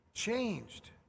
changed